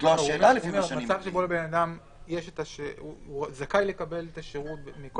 הוא זכאי לקבל את השירות.